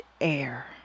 air